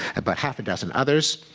about half a dozen others.